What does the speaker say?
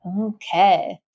Okay